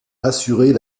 assurer